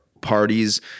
parties